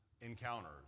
encounters